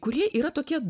kurie yra tokie